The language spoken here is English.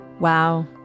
Wow